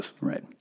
Right